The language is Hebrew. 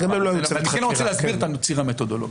אני כן רוצה להסביר את הציר המתודולוגי.